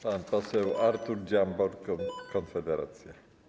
Pan poseł Artur Dziambor, Konfederacja.